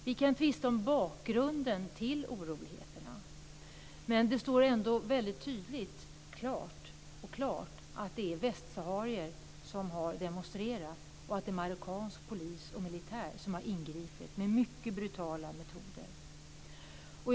Vi kan tvista om bakgrunden till oroligheterna, men det står ändå väldigt klart att det är västsaharier som har demonstrerat och att det är marockansk polis och militär som har ingripit med mycket brutala metoder.